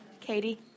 Katie